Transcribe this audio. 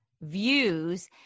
views